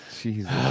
Jesus